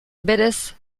berez